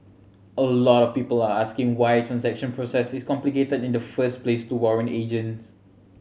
a lot of people are asking why transaction process is complicated in the first place to warrant agents